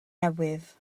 newydd